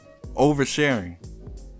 Oversharing